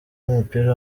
w’umupira